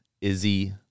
Izzy